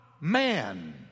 man